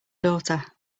daughter